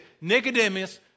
Nicodemus